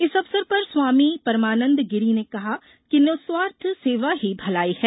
इस अवसर पर स्वामी परमानंद गिरि ने कहा कि निस्वार्थ सेवा ही भलाई है